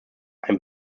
ein